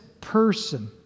person